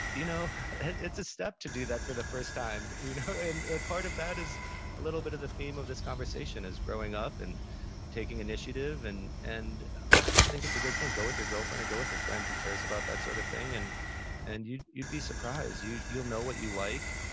you know it's a step to do that for the first time. you know and part of that is a little bit of the theme of this conversation, is growing up and taking initiative and and i think it's a good thing, go with your girlfriend or go with a friend who cares about that sort of thing, and and you'd you'd be surprised. you'll know what you like,